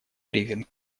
брифинг